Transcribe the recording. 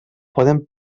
poden